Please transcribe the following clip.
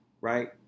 right